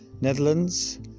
Netherlands